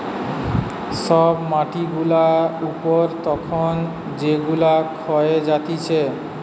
সব মাটি গুলা উপর তখন যেগুলা ক্ষয়ে যাতিছে